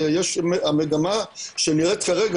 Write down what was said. המגמה שנראית כרגע,